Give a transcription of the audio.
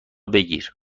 بگیر